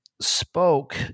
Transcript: spoke